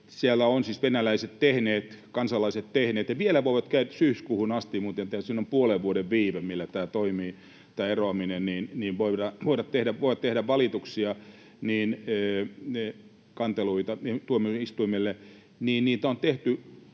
Siellä ovat siis venäläiset, kansalaiset, tehneet ja vielä voivat syyskuuhun asti — minun tietääkseni siinä on puolen vuoden viive, millä tämä eroaminen toimii — tehdä valituksia, kanteluita, tuomioistuimelle. Niitä on tehty